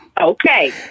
Okay